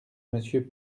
monsieur